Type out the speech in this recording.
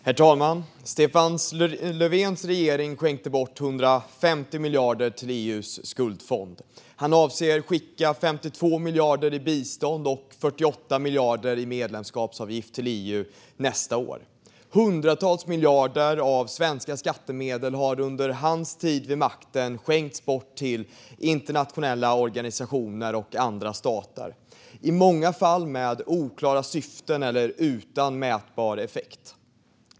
Herr talman! Stefan Löfvens regering skänkte bort 150 miljarder kronor till EU:s skuldfond. Han avser att skicka 52 miljarder i bistånd och 48 miljarder i medlemskapsavgift till EU nästa år. Hundratals miljarder av svenska skattemedel har under hans tid vid makten skänkts bort till internationella organisationer och andra stater, i många fall med oklara syften eller utan mätbar effekt.